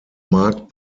marked